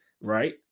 right